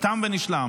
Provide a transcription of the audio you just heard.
כל עוד רשום,